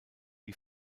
wie